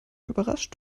überrascht